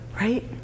Right